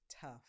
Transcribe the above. tough